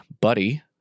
buddy